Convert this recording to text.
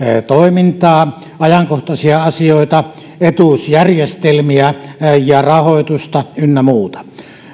toimintaa ajankohtaisia asioita etuusjärjestelmiä ja rahoitusta ynnä muuta